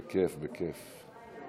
י"ז בשבט התשע"ז, בעזרת